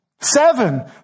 Seven